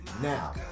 Now